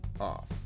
off